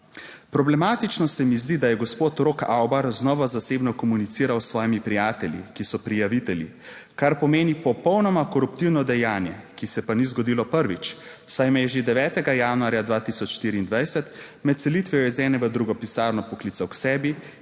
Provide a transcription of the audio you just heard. problematično se mi zdi, da je gospod Rok Avbar znova zasebno komuniciral s svojimi prijatelji, ki so prijavitelji, kar pomeni popolnoma koruptivno dejanje, ki se pa ni zgodilo prvič, saj me je že 9. januarja 2024 med selitvijo iz ene v drugo pisarno poklical k sebi